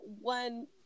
one